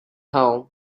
home